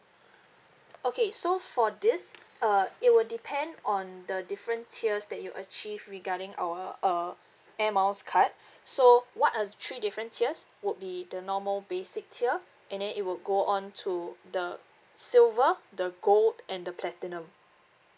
okay so for this uh it will depend on the different tiers that you achieve regarding our uh Air Miles card so what are the three different tiers would be the normal basic tier and then it will go on to the silver the gold and the platinum